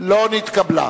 לא נתקבלה.